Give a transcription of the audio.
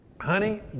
honey